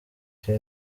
cya